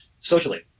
Socially